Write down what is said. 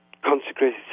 consecrated